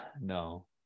no